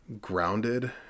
grounded